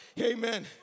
amen